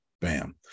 Bam